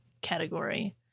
category